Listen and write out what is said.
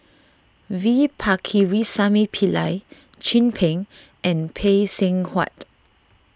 V Pakirisamy Pillai Chin Peng and Phay Seng Whatt